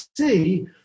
see